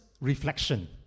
reflection